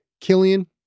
Killian